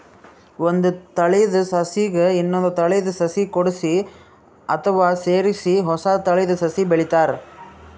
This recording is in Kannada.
ಒಂದ್ ತಳೀದ ಸಸಿಗ್ ಇನ್ನೊಂದ್ ತಳೀದ ಸಸಿ ಕೂಡ್ಸಿ ಅಥವಾ ಸೇರಿಸಿ ಹೊಸ ತಳೀದ ಸಸಿ ಬೆಳಿತಾರ್